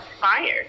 fired